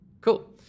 Cool